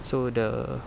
so the